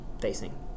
facing